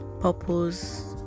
purpose